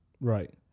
right